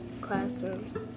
classrooms